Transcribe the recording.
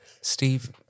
Steve